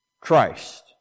Christ